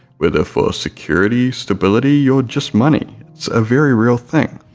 whether for security, stability, yeah or just money it's a very real thing.